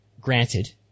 granted